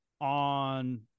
on